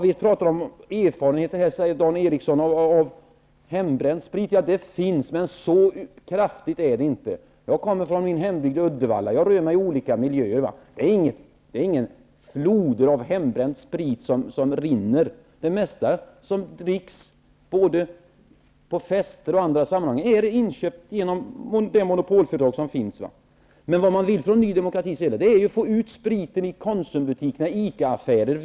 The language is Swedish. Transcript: Vi pratar om erfarenheter, och Dan Eriksson nämner hembränd sprit. Sådan finns, men så kraftigt utbredd är förekomsten inte. Min hembyggd är Uddevalla och jag rör mig i olika miljöer. Det rinner inga floder av hembränd sprit. Det mesta som dricks, både på fester och i andra sammanhang, är inköpt genom det monopolföretag som finns. Men det Ny demokrati vill är att få ut spriten i Konsumbutikerna och i ICA-affärerna.